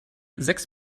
sechs